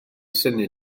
synnu